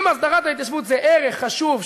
אם הסדרת ההתיישבות זה ערך חשוב,